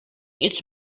each